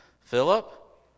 Philip